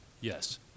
yes